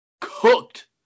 cooked